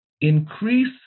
increase